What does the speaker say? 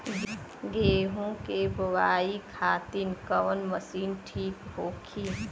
गेहूँ के बुआई खातिन कवन मशीन ठीक होखि?